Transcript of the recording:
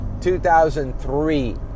2003